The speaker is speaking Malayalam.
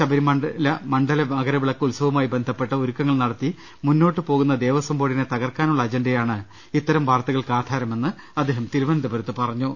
ശബരിമല മണ്ഡല മകരവിളക്ക് ഉത്സവവുമായി ബന്ധപ്പെട്ട ഒരുക്ക ങ്ങൾ നടത്തി മുന്നോട്ടുപോകുന്ന ദേവസ്വം ബോർഡിനെ തകർക്കാനുള്ള അജണ്ടയാണ് ഇത്തരം വാർത്തകൾക്ക് ആധാരമെന്ന് അദ്ദേഹം തിരുവനന്ത പുരത്ത് പറഞ്ഞു